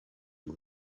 you